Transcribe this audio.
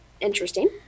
interesting